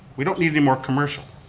we don't need anymore commercial.